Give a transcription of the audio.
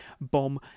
bomb